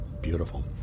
beautiful